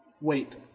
wait